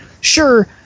sure